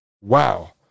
Wow